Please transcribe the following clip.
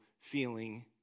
feeling